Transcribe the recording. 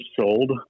sold